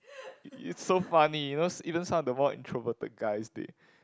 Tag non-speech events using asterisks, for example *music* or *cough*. *laughs* it's so funny you know even some of the more introverted guys they